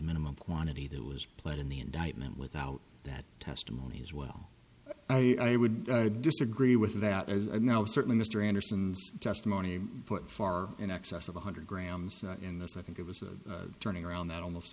minimum quantity that was played in the indictment without that testimony as well i would disagree with that as certainly mr anderson's testimony put far in excess of one hundred grams in this i think it was a turning around that almost